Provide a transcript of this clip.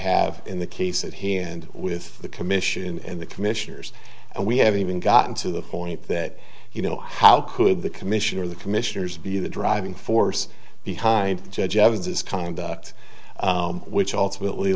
have in the case at hand with the commission and the commissioners and we haven't even gotten to the point that you know how could the commissioner the commissioners be the driving force behind judge evans's conduct which ultimately